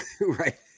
Right